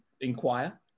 inquire